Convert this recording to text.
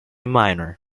minor